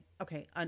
okay